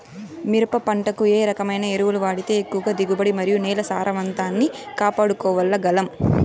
మిరప పంట కు ఏ రకమైన ఎరువులు వాడితే ఎక్కువగా దిగుబడి మరియు నేల సారవంతాన్ని కాపాడుకోవాల్ల గలం?